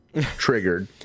triggered